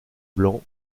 blanc